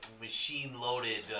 machine-loaded